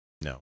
no